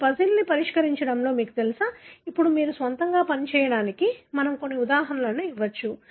ఈ పజిల్ని పరిష్కరించడంలో మీకు తెలుసా అప్పుడు మీరు మీ స్వంతంగా పని చేయడానికి మనము కొన్ని ఉదాహరణలు ఇవ్వవచ్చు